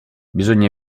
bisogna